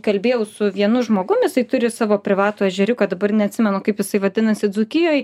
kalbėjau su vienu žmogum jisai turi savo privatų ežeriuką dabar neatsimenu kaip jisai vadinasi dzūkijoj